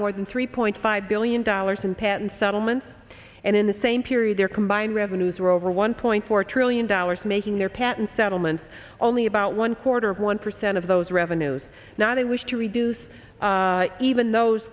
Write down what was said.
more than three point five billion dollars in patent settlements and in the same period their combined revenues were over one point four trillion dollars making their patent settlements only about one quarter of one percent of those revenues now they wish to reduce even those